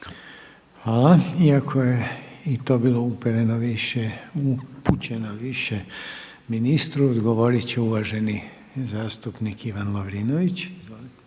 Hvala. Iako je i to bilo upereno više, upućeno više ministru odgovorit će uvaženi zastupnik Ivan Lovrinović. Izvolite.